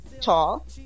tall